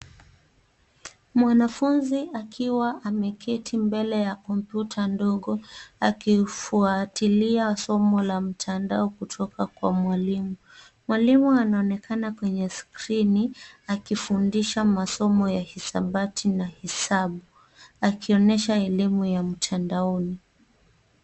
Mwanafunzi akiwa ameketi mbele ya kompyuta ndogo akiufwatilia somo la mtandao kutoka kwa mwalimu. Mwalimu anaonekana kwenye skrini akifundisha masomo ya hisabati na hesabu akionyesha elimu ya mtandaoni.